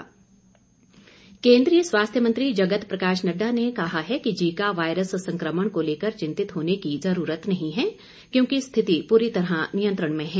नड़डा केन्द्रीय स्वास्थ्य मंत्री जगत प्रकाश नड्डा ने कहा है कि जीका वायरस संक्रमण को लेकर चिंतित होने की जरूरत नहीं है क्योंकि स्थिति पूरी तरह नियंत्रण में है